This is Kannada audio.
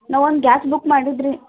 ನಾವು ಒಂದು ಗ್ಯಾಸ್ ಬುಕ್ ಮಾಡಿದ್ದೆ ರೀ